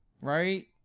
right